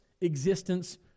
existence